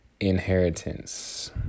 inheritance